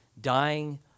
dying